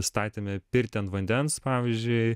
statėme pirtį ant vandens pavyzdžiui